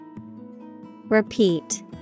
Repeat